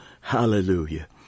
hallelujah